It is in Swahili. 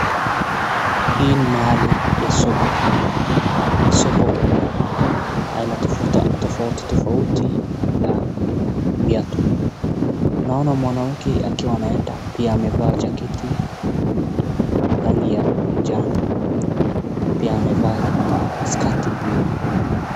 Hii ni mahali ya soko. Hii soko kuna haina tofauti tofauti ya viatu. Naona mwanamke akiwa anaenda pia amevaa (cs)jacket)cs) ya rangi ya jano. Pia amevaa (cs)skirt(cs) (cs) blue)cs).